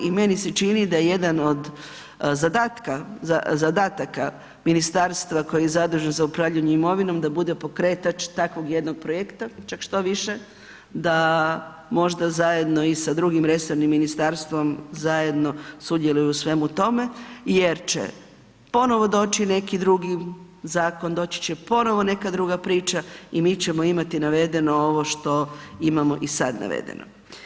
I meni se čini da je jedan od zadataka ministarstva koje je zaduženo za upravljanje imovinom da bude pokretač takvog jednog projekta, čak štoviše da možda zajedno i sa drugim resornim ministarstvom zajedno sudjeluje u svemu tome jer će ponovno doći neki drugi zakon, doći će ponovo neka druga priča i mi ćemo imati navedeno ovo što imamo i sad navedeno.